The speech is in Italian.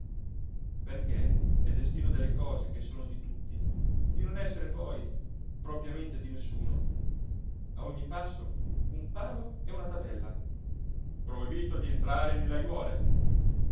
perché è destino delle cose che sono di tutti di non essere poi propriamente di nessuno a ogni passo un palo e una tabella proibito di entrare nelle ajuole